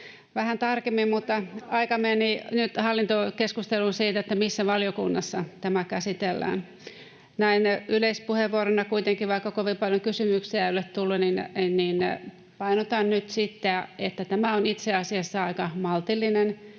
vähän tarkemmin, mutta aika meni nyt hallintokeskusteluun siitä, missä valiokunnassa tämä käsitellään. Näin yleispuheenvuorona kuitenkin, vaikka kovin paljon kysymyksiä ei ole tullut, painotan nyt sitä, että tämä on itse asiassa aika maltillinen